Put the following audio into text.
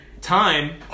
time